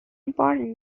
important